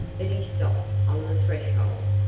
but he stopped on the threshold.